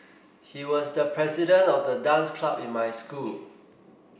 he was the president of the dance club in my school